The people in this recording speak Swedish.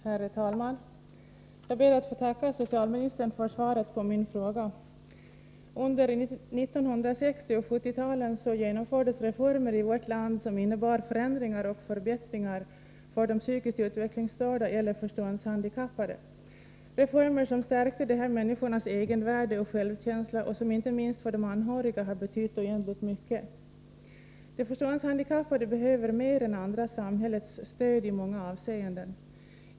Herr talman! Jag ber att få tacka socialministern för svaret på min fråga. Under 1960 och 1970-talen genomfördes reformer i vårt land som innebar förändringar och förbättringar för de psykiskt utvecklingsstörda eller förståndshandikappade. Det var reformer som stärkte de här människornas egenvärde och självkänsla och som inte minst för de anhöriga har betytt oändligt mycket. De förståndshandikappade behöver mer än andra samhällets stöd i många avseenden.